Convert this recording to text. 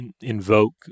invoke